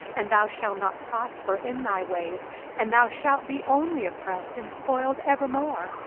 and thou shalt not prosper in thy ways and thou shalt be only oppressed and spoiled evermore,